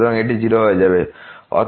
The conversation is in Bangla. সুতরাং এটি 0 হয়ে যাবে